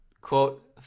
quote